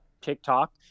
TikTok